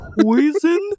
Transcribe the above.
poison